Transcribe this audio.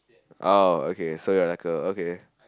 oh okay so you're like okay